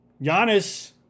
Giannis